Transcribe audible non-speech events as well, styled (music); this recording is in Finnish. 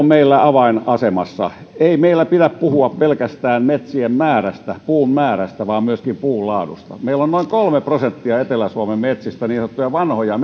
(unintelligible) meillä avainasemassa ei meillä pidä puhua pelkästään metsien määrästä puun määrästä vaan myöskin puun laadusta meillä on noin kolme prosenttia etelä suomen metsistä niin sanottuja vanhoja (unintelligible)